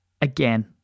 Again